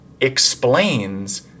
explains